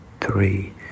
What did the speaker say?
three